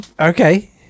Okay